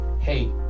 hey